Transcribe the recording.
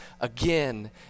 again